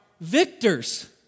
victors